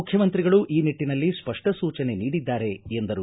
ಮುಖ್ಯಮಂತ್ರಿಗಳು ಈ ನಿಟ್ಟನಲ್ಲಿ ಸ್ಪಷ್ಟ ಸೂಚನೆ ನೀಡಿದ್ದಾರೆ ಎಂದರು